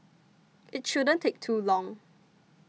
it shouldn't take too long